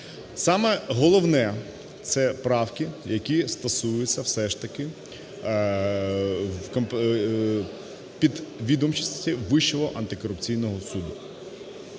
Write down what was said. Саме головне – це правки, які стосуються все ж таки підвідомчості Вищого антикорупційного суду.